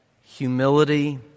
humility